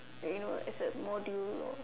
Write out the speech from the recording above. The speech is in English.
like you know as a module or